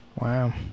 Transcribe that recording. Wow